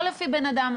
לא לפי בן אדם.